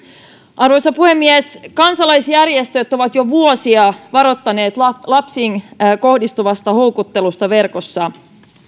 arvoisa puhemies kansalaisjärjestöt ovat jo vuosia varoittaneet lapsiin kohdistuvasta houkuttelusta verkossa